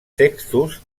textos